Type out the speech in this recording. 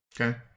Okay